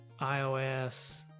iOS